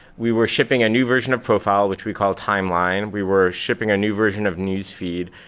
we were shipping a new version of profile which we call timeline. we were shipping a new version of newsfeed.